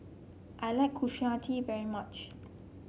I like Kushiyaki very much